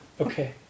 Okay